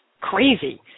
crazy